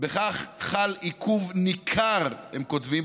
"בכך חל עיכוב ניכר" הם כותבים,